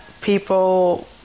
people